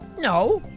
no.